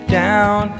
down